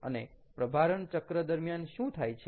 અને પ્રભારણ ચક્ર દરમિયાન શું થાય છે